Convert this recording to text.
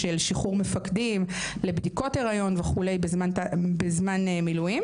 שחרור המפקדים לבדיקות הריון וכו' בזמן מילואים.